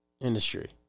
industry